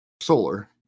solar